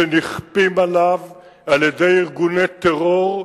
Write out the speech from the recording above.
שנכפים עליו על-ידי ארגוני טרור,